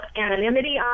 anonymity